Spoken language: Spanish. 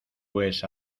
pues